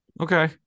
Okay